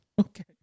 Okay